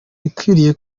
ikwiriye